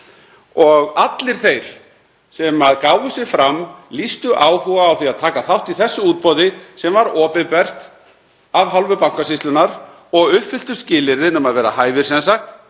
Allir þeir sem gáfu sig fram, lýstu áhuga á því að taka þátt í þessu útboði, sem var opinbert af hálfu Bankasýslunnar, og uppfylltu skilyrði um að vera hæfir annars